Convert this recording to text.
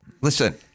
listen